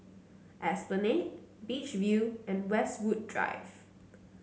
Esplanade Beach View and Westwood Drive